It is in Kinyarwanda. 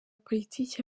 politiki